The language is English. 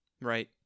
right